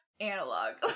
analog